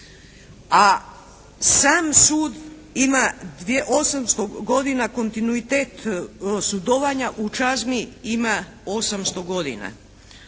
a sam sud ima 800 godina kontinuitet sudovanja u Čazmi ima 800 godina.